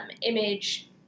image